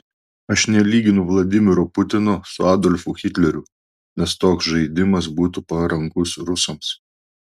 aš nelyginu vladimiro putino su adolfu hitleriu nes toks žaidimas būtų parankus rusams